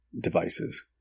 devices